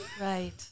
Right